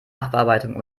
nachbearbeitung